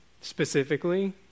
specifically